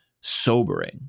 sobering